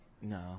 No